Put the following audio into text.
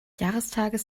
jahrestages